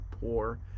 poor